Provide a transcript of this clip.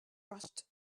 rushed